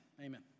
amen